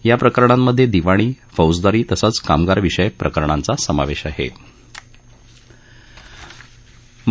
या प्रकरणांमधे दिवाणी फौजदारी तसंच कामगार विषयक प्रकरणांचा समावेश होता